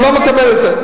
אני לא מקבל את זה.